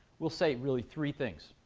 we'll say really three things.